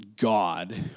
God